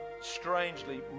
strangely